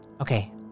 Okay